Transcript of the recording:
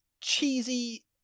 cheesy